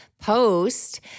post